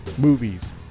movies